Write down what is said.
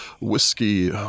Whiskey